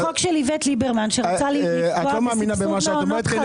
החוק של איווט ליברמן של סבסוד מעונות חרדים